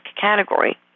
category